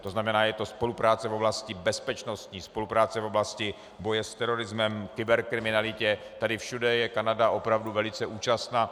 To znamená, je to spolupráce v oblasti bezpečnosti, spolupráce v oblasti boje s terorismem, kyberkriminalitě, tady všude je Kanada opravdu velice účastna.